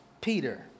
Peter